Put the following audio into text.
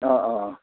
অঁ অঁ অঁ